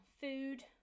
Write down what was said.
food